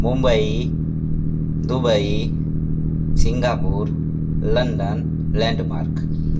Mumbai Dubai Singapore London landmark